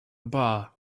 bar